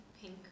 pink